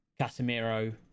Casemiro